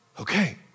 okay